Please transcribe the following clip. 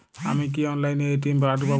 আমি কি অনলাইনে এ.টি.এম কার্ড পাব?